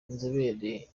inzobere